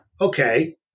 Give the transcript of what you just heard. Okay